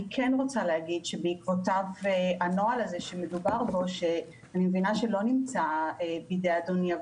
אני מבינה שהנוהל שיצא בעקבותיו לא נמצא בידי אדוני,